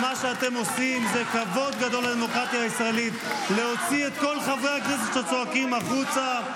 בושה, בושה, בושה, בושה,